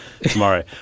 tomorrow